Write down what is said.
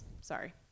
Sorry